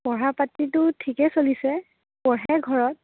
পঢ়া পাতিতো ঠিকেই চলিছে পঢ়ে ঘৰত